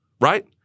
Right